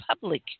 public